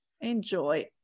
Enjoy